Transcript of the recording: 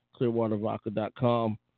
Clearwatervodka.com